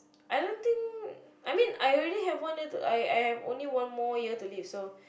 I don't think I mean I already have one year to I I have only one more year to live so